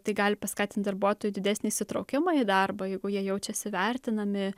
tai gali paskatinti darbuotojų didesnį įsitraukimą į darbą jeigu jie jaučiasi vertinami